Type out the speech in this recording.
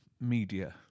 media